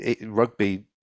rugby